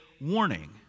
warning